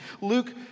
Luke